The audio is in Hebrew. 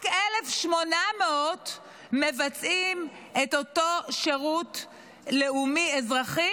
רק 1,800 מבצעים את אותו שירות לאומי-אזרחי,